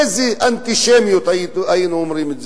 איזו אנטישמיות, היינו אומרים.